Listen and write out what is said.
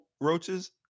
roaches